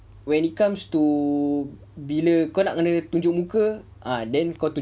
when it comes to bila kau nak tunjuk muka ah then kau